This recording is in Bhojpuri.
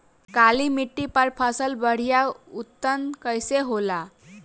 काली मिट्टी पर फसल बढ़िया उन्नत कैसे होला?